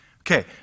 Okay